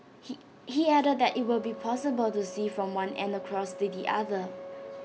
he he added that IT will be possible to see from one end across to the other